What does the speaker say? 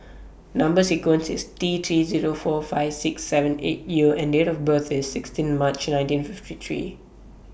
Number sequence IS T three Zero four five six seven eight U and Date of birth IS sixteen March nineteen fifty three